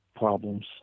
problems